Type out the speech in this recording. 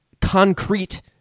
concrete